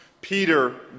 Peter